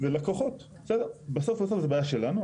לקוחות, בסוף זה בעיה שלנו.